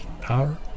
power